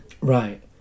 Right